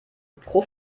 pro